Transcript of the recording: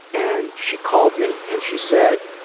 and she called me and she said,